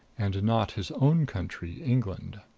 and not his own country, england.